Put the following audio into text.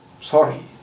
sorry